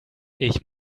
ich